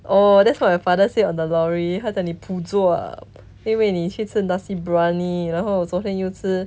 oh that's what my father said on the lorry 他讲你 pu zua 因为你去吃 nasi briyani 然后昨天又吃